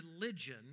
religion